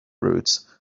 routes